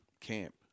camp